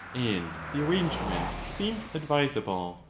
and the arrangement seems advisable.